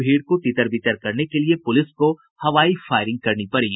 भीड़ को तितर बितर करने के लिये पुलिस को हवाई फायरिंग करनी पड़ी